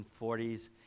1940s